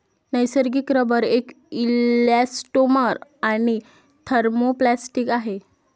नैसर्गिक रबर एक इलॅस्टोमर आणि थर्मोप्लास्टिक आहे